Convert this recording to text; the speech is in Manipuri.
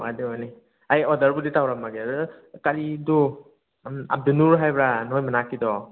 ꯑꯗꯨꯅꯤ ꯑꯩ ꯑꯣꯗꯔꯕꯨꯗꯤ ꯇꯧꯔꯝꯃꯒꯦ ꯑꯗꯨꯗ ꯀꯔꯤꯗꯣ ꯎꯝ ꯑꯕꯗꯨꯜꯅꯨꯔ ꯍꯥꯏꯕ꯭ꯔꯥ ꯅꯣꯏ ꯃꯅꯥꯛꯀꯤꯗꯣ